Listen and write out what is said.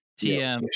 Tm